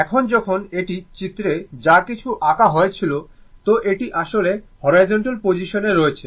এখন যখন এটি চিত্রে যা কিছু আঁকা হয়েছিল তো এটি আসলে হরাইজন্টাল পজিশন এ রয়েছে